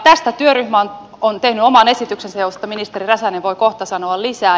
tästä työryhmä on tehnyt oman esityksensä josta ministeri räsänen voi kohta sanoa lisää